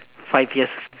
five years